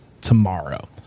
tomorrow